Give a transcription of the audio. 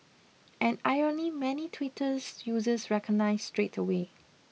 an irony many Twitter's users recognised straight away